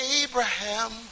Abraham